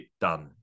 done